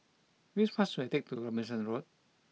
which bus should I take to Robinson Road